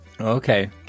Okay